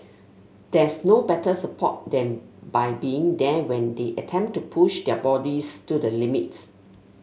there's no better support than by being there when they attempt to push their bodies to the limit